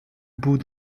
boue